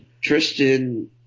Tristan